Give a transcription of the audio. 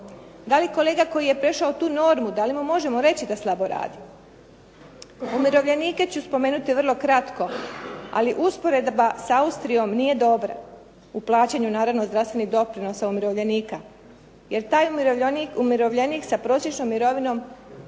da li kolega koji je prešao tu normu da li mu možemo reći da slabo radi. Umirovljenike ću spomenuti vrlo kratko, ali usporedba s Austrijom nije dobra u plaćanju naravno zdravstvenih doprinosa umirovljenika. Jer taj umirovljenik sa prosječnom mirovinom